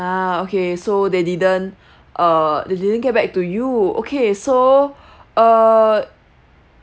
ah okay so they didn't uh they didn't get back to you okay so err